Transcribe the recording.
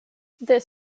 this